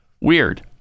weird